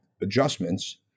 adjustments